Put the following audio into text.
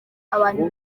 abantu